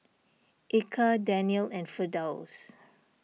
Eka Daniel and Firdaus